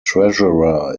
treasurer